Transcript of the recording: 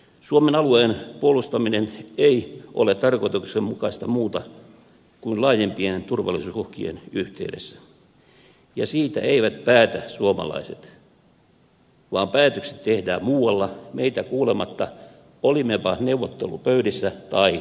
suomen alueen puolustaminen ei ole tarkoituksenmukaista muuta kuin laajemmassa yhteydessä ja siitä eivät päätä suomalaiset vaan päätökset tehdään muualla meitä kuulematta olimmepa neuvottelupöydissä tai emme